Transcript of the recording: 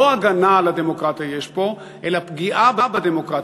לא הגנה על הדמוקרטיה יש פה, אלא פגיעה בדמוקרטיה.